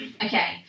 Okay